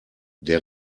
der